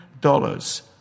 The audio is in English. dollars